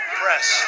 press